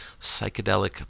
Psychedelic